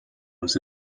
was